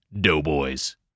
doughboys